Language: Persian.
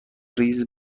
ریز